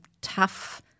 tough